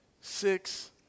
six